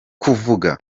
kuvuga